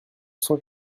cent